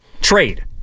Trade